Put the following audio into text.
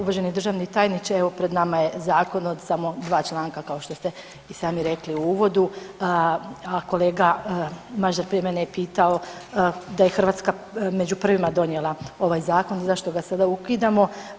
Uvaženi državni tajniče, evo pred nama je zakon od samo 2 članka kao što ste i sami rekli u uvodu, a kolega Mažar prije mene je pitao da je Hrvatska među prvima donijela ovaj zakon zašto ga sada ukidamo.